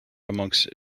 amongst